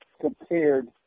compared